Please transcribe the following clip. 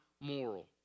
moral